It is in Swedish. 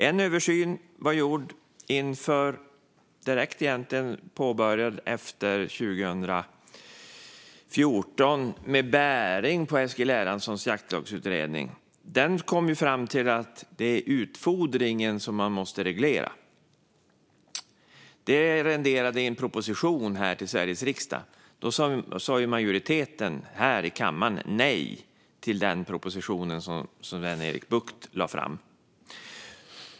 En översyn påbörjades 2014 som hade bäring på Eskil Erlandssons jaktlagsutredning. Den kom fram till att det är utfodringen som man måste reglera. Detta resulterade i en proposition till Sveriges riksdag. Majoriteten här i kammaren sa nej till den propositionen, som Sven-Erik Bucht lade fram.